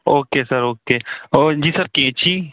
okay sir okay और जी sir कैंची